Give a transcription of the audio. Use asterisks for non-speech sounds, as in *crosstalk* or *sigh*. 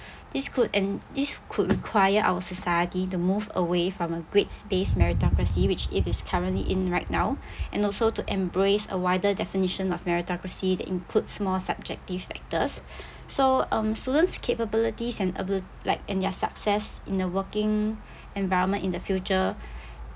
this could en~ this could require our society to move away from a grades based meritocracy which it is currently in right now *breath* and also to embrace a wider definition of meritocracy that includes more subjective factors *breath* so um student's capabilities and abil~ like in their success in the working environment in the future